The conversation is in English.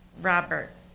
Robert